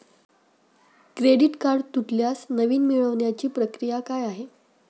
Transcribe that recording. Credit card तुटल्यास नवीन मिळवण्याची प्रक्रिया काय आहे?